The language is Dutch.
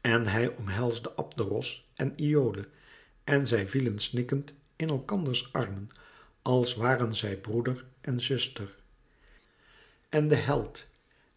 en hij omhelsde abderos en iole en zij vielen snikkend in elkanders armen als waren zij broeder en zuster en de held